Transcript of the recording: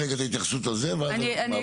תתני רגע את ההתייחסות על זה, ואז נעבור הלאה.